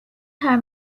her